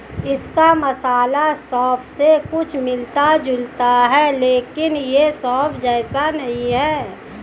इसका मसाला सौंफ से कुछ मिलता जुलता है लेकिन यह सौंफ जैसा नहीं है